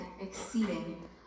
exceeding